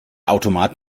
automat